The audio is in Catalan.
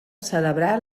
celebrar